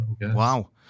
Wow